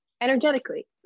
energetically